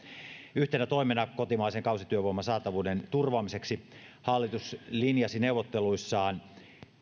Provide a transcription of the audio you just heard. yhtenä toimena kotimaisen kausityövoiman saatavuuden turvaamiseksi hallitus linjasi neuvotteluissaan